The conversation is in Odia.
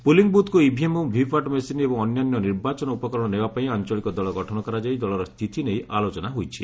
ପୁଲିଂ ବୁଥ୍କୁ ଇଭିଏମ୍ ଏବଂ ଭିଭିପାଟ ମେସିନ ଏବଂ ଅନ୍ୟାନ୍ୟ ନିର୍ବାଚନ ଉପକରଣ ନେବା ପାଇଁ ଆଞ୍ଚଳିକ ଦଳ ଗଠନ କରାଯାଇ ଦଳର ସ୍ଥିତି ନେଇ ଆଲୋଚନା ହୋଇଛି